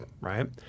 right